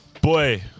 boy